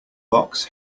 box